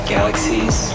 Galaxies